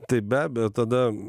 tai be abejo tada